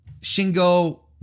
Shingo